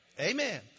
Amen